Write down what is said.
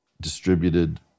distributed